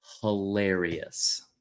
hilarious